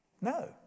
No